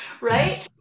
Right